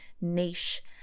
niche